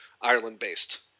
Ireland-based